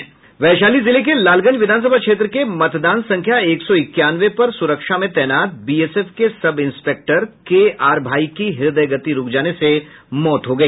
वैशाली जिले के लालगंज विधानसभा क्षेत्र के मतदान संख्या एक सौ इक्यानवे पर सुरक्षा में तैनात बीएसएफ के sub inspector K R Bhai की ह्रदयगति रूक जाने से मौत हो गयी